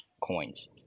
coins